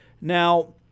Now